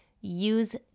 use